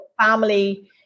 family